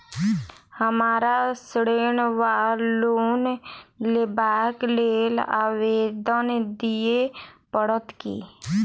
हमरा ऋण वा लोन लेबाक लेल आवेदन दिय पड़त की?